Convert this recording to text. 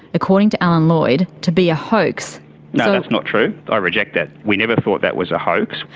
according to alan lloyd, to be a hoax. no, that's not true, i reject that. we never thought that was a hoax.